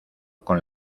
con